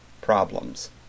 problems